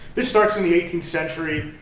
this starts in the eighteenth century